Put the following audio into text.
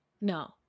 No